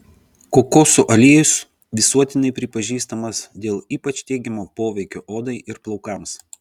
kokosų aliejus visuotinai pripažįstamas dėl ypač teigiamo poveikio odai ir plaukams